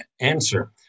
answer